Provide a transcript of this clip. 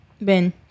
Ben